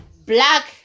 Black